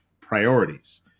priorities